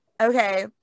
okay